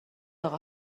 اقا